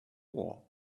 war